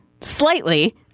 slightly